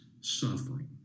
suffering